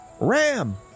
ram